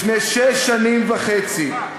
לפני שש שנים וחצי,